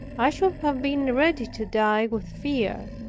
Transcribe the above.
i should have been ready to die with fear.